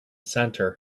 center